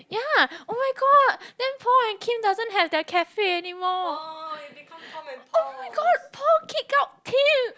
ya oh my god then Paul and Kim doesn't have their cafe anymore oh my god Paul kicked out Kim